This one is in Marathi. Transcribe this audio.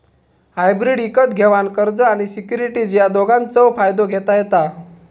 हायब्रीड इकत घेवान कर्ज आणि सिक्युरिटीज या दोघांचव फायदो घेता येता